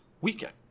weekend